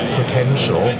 potential